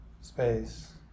space